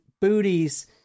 booties